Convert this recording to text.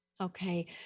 Okay